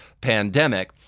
pandemic